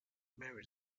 married